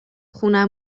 خونه